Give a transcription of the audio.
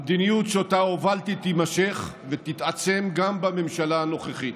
המדיניות שאותה הובלתי תימשך ותתעצם גם בממשלה הנוכחית.